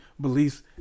beliefs